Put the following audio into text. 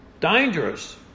Dangerous